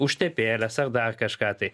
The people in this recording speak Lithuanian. užtepėles ar dar kažką tai